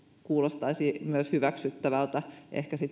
kuulostaisi myös hyväksyttävältä